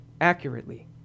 accurately